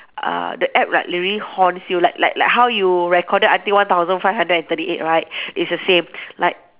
uh the app right really haunts you like like like how you recorded until one thousand five hundred and thirty eight right it's the same like